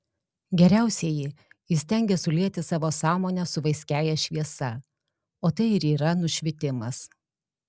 geriausieji įstengia sulieti savo sąmonę su vaiskiąja šviesa o tai ir yra nušvitimas